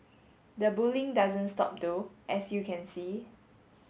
the bullying doesn't stop though as you can see